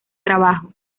trabajo